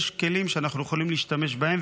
יש כלים שאנחנו יכולים להשתמש בהם,